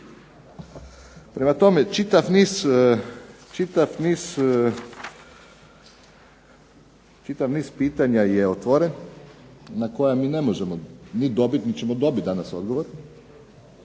Prema tome, čitav niz pitanja je otvoren na koja mi ne možemo niti ćemo dobiti danas odgovor,